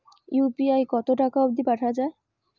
UPI কতো টাকা অব্দি পাঠা যায়?